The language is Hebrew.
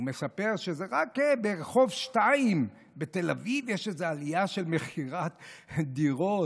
הוא מספר שרק ברחוב-שניים בתל אביב יש איזו עלייה של מחירי דירות,